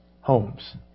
homes